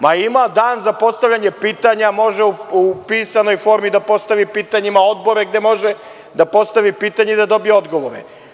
Ma ima dan za postavljanje pitanja, može u pisanoj formi da postavi pitanje, ima odbore gde može da postavi pitanje i da dobije odgovore.